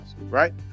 right